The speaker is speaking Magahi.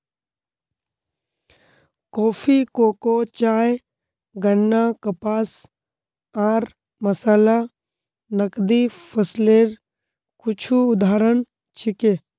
कॉफी, कोको, चाय, गन्ना, कपास आर मसाला नकदी फसलेर कुछू उदाहरण छिके